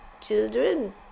children